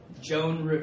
Joan